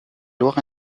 loire